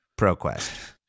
ProQuest